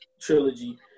trilogy